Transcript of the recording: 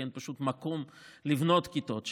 כי אין פשוט מקום לבנות כיתות,